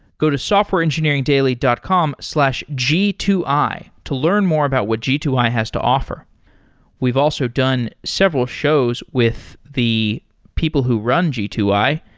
go to softwareengineeringdaily dot com slash g two i to learn more about what g two i has to offer we've also done several shows with the people who run g two i,